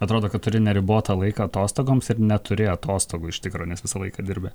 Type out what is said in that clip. atrodo kad turi neribotą laiką atostogoms ir neturi atostogų iš tikro nes visą laiką dirbi